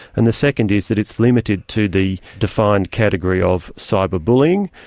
and the second is that it's limited to the defined category of cyber bullying,